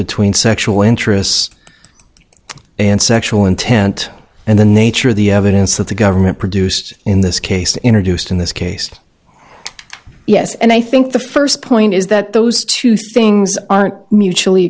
between sexual interests and sexual intent and the nature of the evidence that the government produced in this case introduced in this case yes and i think the first point is that those two things aren't mutually